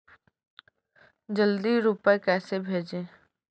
जल्दी रूपए कैसे भेजें?